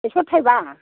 एक्स'आव थाइबा